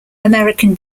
american